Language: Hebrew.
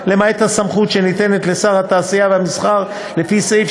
למעט הסמכות שניתנה לשר התעשייה והמסחר לפי סעיף